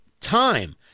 time